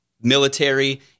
military